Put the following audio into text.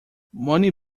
money